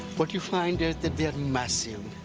what you find is that they're massive,